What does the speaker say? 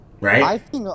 right